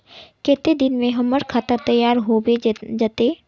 केते दिन में हमर खाता तैयार होबे जते?